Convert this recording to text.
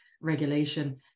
regulation